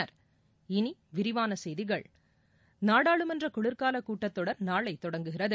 இனி விரிவான செய்திகள் நாடாளுமன்ற குளிர்காலக் கூட்டத்தொடர் நாளை தொடங்குகிறது